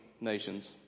nations